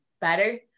better